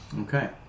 Okay